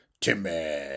Timmy